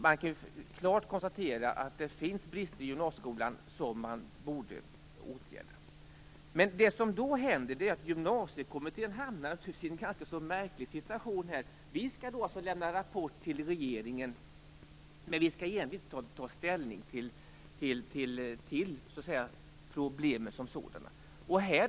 Man kan klart konstatera att det finns brister i gymnasieskolan som man borde åtgärda. Men det som då händer är att Gymnasiekommittén hamnar i en ganska märklig situation: Vi skall lämna rapport till regeringen, men vi skall egentligen inte ta ställning till problemen som sådana.